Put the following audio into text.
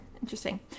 Interesting